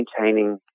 maintaining